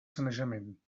sanejament